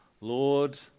Lord